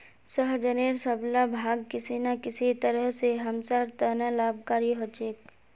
सहजनेर सब ला भाग किसी न किसी तरह स हमसार त न लाभकारी ह छेक